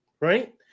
right